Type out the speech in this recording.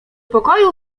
pokoju